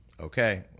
Okay